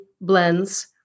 blends